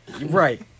Right